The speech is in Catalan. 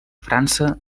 frança